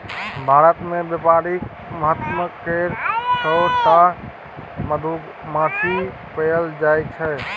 भारत मे बेपारिक महत्व केर छअ टा मधुमाछी पएल जाइ छै